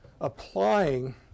applying